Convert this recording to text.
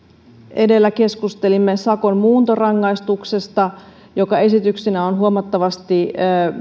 edellä keskustelimme sakon muuntorangaistuksesta joka esityksenä on huomattavasti